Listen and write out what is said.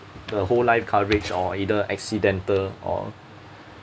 the whole life coverage or either accidental or